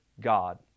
God